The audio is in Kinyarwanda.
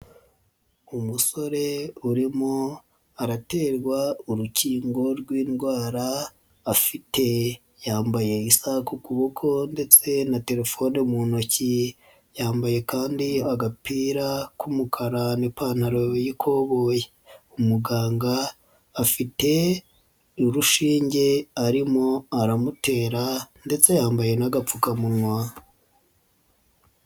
Umusore urimo araterwa urukingo rw'indwara afite, yambaye isaku kuboko ndetse na telefone mu ntoki, yambaye kandi agapira k'umukara n'ipantaro y'ikoboye, umuganga afite urushinge arimo aramutera ndetse yambaye n'agapfukamunwa.